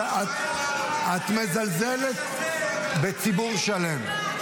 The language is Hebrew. את מזלזלת בציבור שלם.